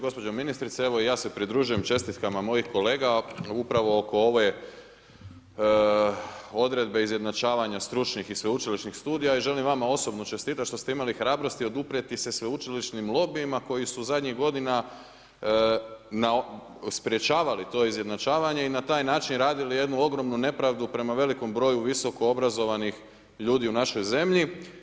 Gospođo ministrice, evo ja se pridružujem čestitkama mojih kolega upravo oko ove odredbe izjednačavanja stručnih i sveučilišnih studija i želim vama osobno čestitati što ste imali hrabrosti oduprijeti se sveučilišnim lobijima koji su zadnjih godina sprječavali to izjednačavanje i na taj način radili jednu ogromnu nepravdu prema velikom broju visokoobrazovanih ljudi u našoj zemlji.